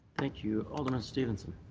thank you. alderman stevenson.